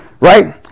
right